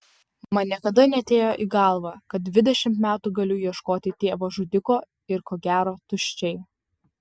man niekada neatėjo į galvą kad dvidešimt metų galiu ieškoti tėvo žudiko ir ko gero tuščiai